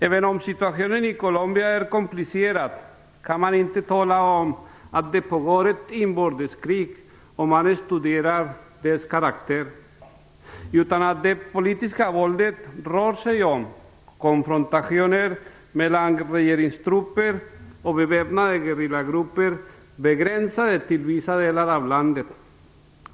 Även om situationen i Colombia är komplicerad kan man inte tala om att det pågår inbördeskrig om man studerar våldets karaktär. Det politiska våldet rör sig om konfrontationer mellan regeringstrupper och beväpnade gerillagrupper, begränsade till vissa delar av landet.